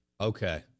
Okay